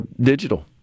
digital